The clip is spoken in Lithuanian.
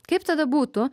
kaip tada būtų